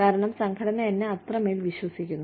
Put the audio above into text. കാരണം സംഘടന എന്നെ അത്രമേൽ വിശ്വസിക്കുന്നു